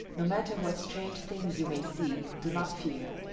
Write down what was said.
no matter what strange things you may see, do not fear.